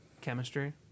Chemistry